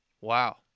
Wow